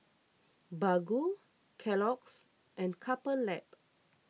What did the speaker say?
Baggu Kellogg's and Couple Lab